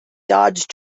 dodge